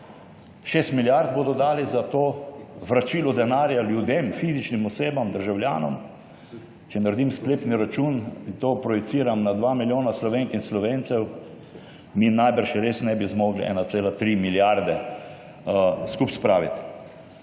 6 milijard bodo dali za to vračilo denarja ljudem, fizičnim osebam, državljanom. Če naredim sklepni račun in to projiciram na 2 milijona Slovenk in Slovencev, mi najbrž res nebi zmogli 1,3 milijarde skupaj spraviti.